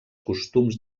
costums